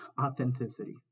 authenticity